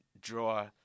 draw